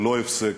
ללא הפסק,